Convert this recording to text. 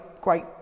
great